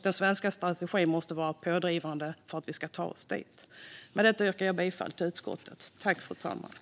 Den svenska strategin måste vara pådrivande för att vi ska ta oss dit. Med detta yrkar jag bifall till utskottets förslag.